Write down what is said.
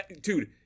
Dude